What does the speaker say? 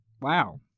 wow